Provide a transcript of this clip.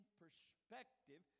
perspective